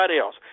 else